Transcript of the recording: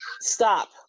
Stop